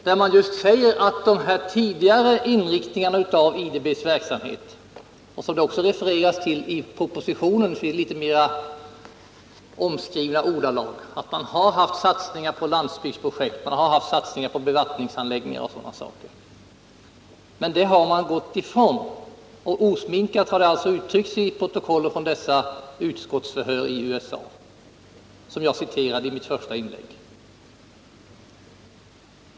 Där talar man om den tidigare inriktningen av IDB:s verksamhet — som det också refereras till i propositionen i litet mer omskrivande ordalag — med satsningar på landsbygdsprojekt, bevattningsanläggningar och sådant. Men detta har man gått ifrån. Och det har osminkat uttryckts i protokollen från dessa utskottsförhör i USA, som jag citerade i mitt första inlägg.